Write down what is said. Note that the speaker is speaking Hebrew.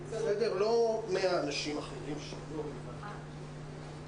חלק מהדברים הם דברים שיהיה נכון לשמוע את המוסדות.